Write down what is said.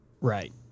Right